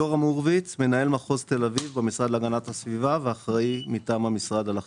אני מנהל מחוז תל-אביב במשרד להגנת הסביבה ואחראי מטעם המשרד על החברה.